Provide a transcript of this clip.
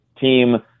team